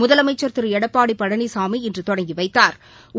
முதலமைச்சள் திரு எடப்பாடி பழனிசாமி இன்று தொடங்கி வைத்தாா்